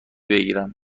بگیرم